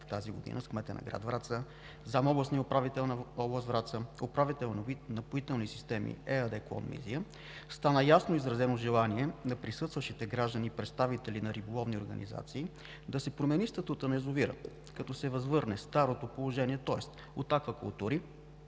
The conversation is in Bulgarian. тази година с кмета на град Враца, заместник-областния управител на област Враца и управителя на „Напоителни системи“ ЕАД – клон Мизия, стана ясно изразеното желание на присъстващите граждани, представители на риболовни организации, да се промени статутът на язовира, като се възвърне старото положение – тоест от „Аквакултури“